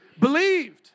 Believed